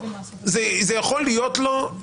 זה יכול להיות לו,